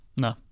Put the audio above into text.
no